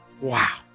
Wow